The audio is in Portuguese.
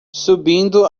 subindo